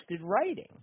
writing